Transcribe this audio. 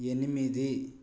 ఎనిమిది